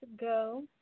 go